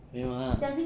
没有 lah